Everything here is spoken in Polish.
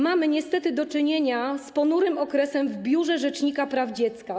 Mamy niestety do czynienia z ponurym okresem w Biurze Rzecznika Praw Dziecka.